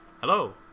Hello